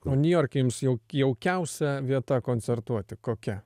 o niujorke jums jauk jaukiausia vieta koncertuoti kokia